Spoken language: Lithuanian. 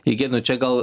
jį gėdino čia gal